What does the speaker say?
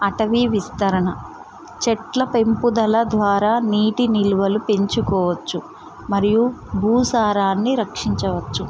అటవీ విస్తరణ చెట్ల పెంపుదల ద్వారా నీటి నిలువలు పెంచుకోవచ్చు మరియు భూసారాన్ని రక్షించవచ్చు